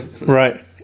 Right